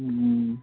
ꯎꯝ